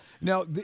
Now